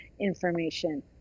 information